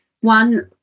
one